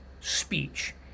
speech